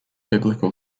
biblical